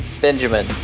Benjamin